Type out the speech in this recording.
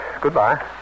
Goodbye